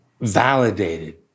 validated